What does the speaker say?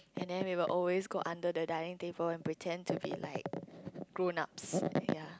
and then we will always go under the dining table and pretend to be like grown ups ya